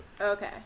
Okay